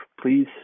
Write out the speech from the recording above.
please